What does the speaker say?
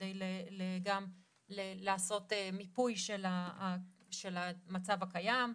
כדי גם לעשות מיפוי של המצב הקיים.